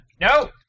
No